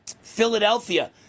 Philadelphia